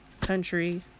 country